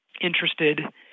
interested